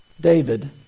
David